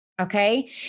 Okay